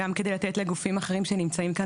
גם כדי לתת לגופים אחרים שנמצאים כאן